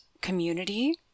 community